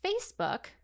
Facebook